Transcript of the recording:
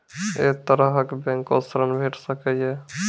ऐ तरहक बैंकोसऽ ॠण भेट सकै ये?